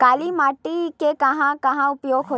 काली माटी के कहां कहा उपयोग होथे?